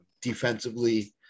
defensively